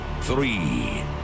three